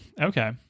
Okay